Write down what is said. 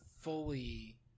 fully